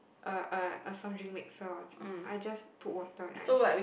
a a a soft drink mixer I just put water ice